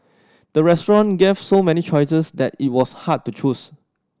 the restaurant gave so many choices that it was hard to choose